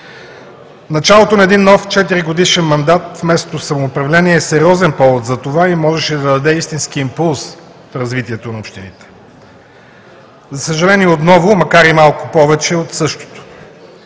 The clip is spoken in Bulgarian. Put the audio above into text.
Началото на един нов четиригодишен мандат в местното самоуправление е сериозен повод за това и можеше да даде истински импулс в развитието на общините. За съжаление, отново, макар и малко повече от същото,